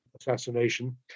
assassination